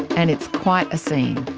and it's quite a scene.